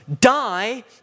die